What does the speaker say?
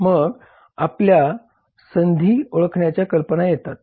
मग आपल्याला संधी ओळखण्याच्या कल्पना येतात